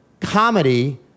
Comedy